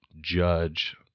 judge